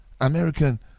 American